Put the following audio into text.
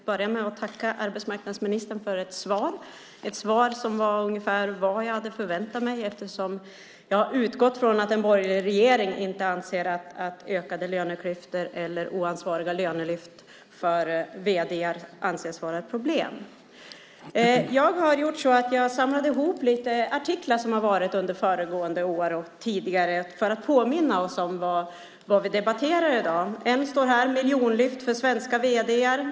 Fru talman! Jag tackar arbetsmarknadsministern för svaret, ett svar som var ungefär vad jag hade förväntat mig eftersom jag har utgått från att en borgerlig regering inte anser att ökade löneklyftor eller oansvariga lönelyft för vd:ar anses vara ett problem. Jag har samlat ihop lite artiklar som har varit under föregående år för att påminna oss om vad vi debatterar i dag. Här står det: Miljonlyft för svenska vd:ar.